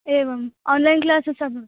एवम् online classes अभूत्